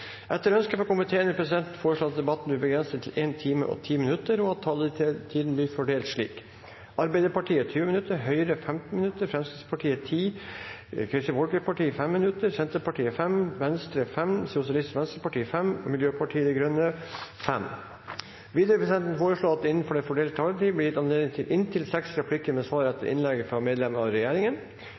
Etter ønske fra finanskomiteen vil presidenten foreslå at debatten blir begrenset til 1 time og 10 minutter, og at taletiden blir fordelt slik: Arbeiderpartiet 20 minutter, Høyre 15 minutter, Fremskrittspartiet 10 minutter, Kristelig Folkeparti 5 minutter, Senterpartiet 5 minutter, Venstre 5 minutter, Sosialistisk Venstreparti 5 minutter og Miljøpartiet De Grønne 5 minutter. Videre vil presidenten foreslå at det – innenfor den fordelte taletid – blir gitt anledning til inntil seks replikker med svar etter innlegg fra medlem av regjeringen.